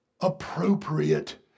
appropriate